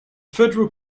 federal